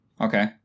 Okay